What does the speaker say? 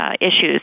issues